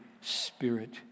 Spirit